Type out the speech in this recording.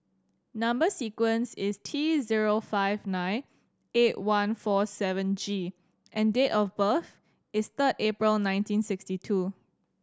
number sequence is T zero five nine eight one four seven G and date of birth is third April nineteen sixty two